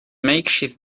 makeshift